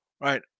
right